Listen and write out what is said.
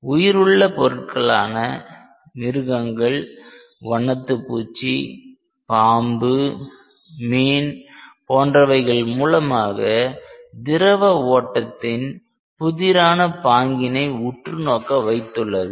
உயிருள்ள பொருட்களான மிருகங்கள் வண்ணத்துப்பூச்சி பாம்பு மீன் போன்றவைகள் மூலமாக திரவ ஓட்டத்தின் புதிரான பாங்கினை உற்றுநோக்க வைத்துள்ளது